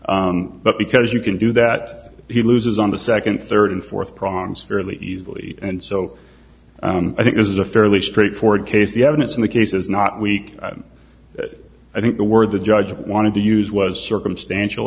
case but because you can do that he loses on the second third and fourth problems fairly easily and so i think this is a fairly straightforward case the evidence in the case is not weak i think the word the judge wanted to use was circumstantial